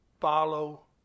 follow